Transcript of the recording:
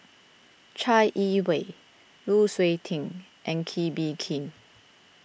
Chai Yee Wei Lu Suitin and Kee Bee Khim